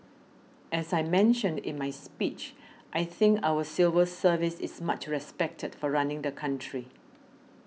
as I mentioned in my speech I think our civil service is much respected for running the country